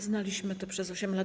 Znaliśmy to przez 8 lat.